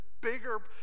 bigger